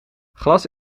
glas